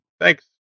thanks